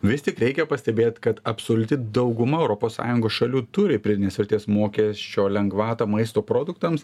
vis tik reikia pastebėt kad absoliuti dauguma europos sąjungos šalių turi pridėtinės vertės mokesčio lengvatą maisto produktams